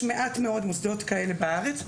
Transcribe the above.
יש מעט מאוד מוסדות כאלה בארץ,